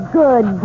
good